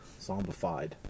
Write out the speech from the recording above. Zombified